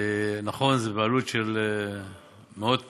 נכון, זה בעלות של מאות מיליונים,